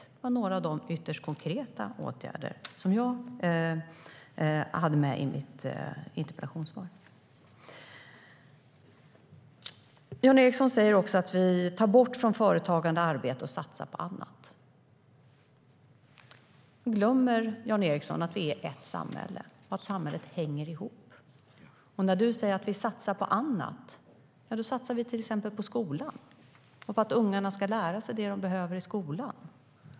Jan Ericson säger att vi tar bort från företagande och arbete och satsar på annat. Då glömmer Jan Ericson att vi är ett samhälle och att samhället hänger ihop. När han säger att vi satsar på annat satsar vi till exempel på skolan och på att ungarna ska lära sig det de behöver där.